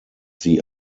sie